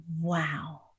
Wow